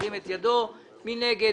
מי נגד?